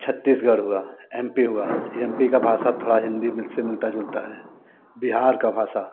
छत्तीसगढ़ हुआ M P हुआ M P का भाषा थोड़ा हिंदी में से मिलता जुलता है बिहार का भाषा